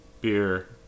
beer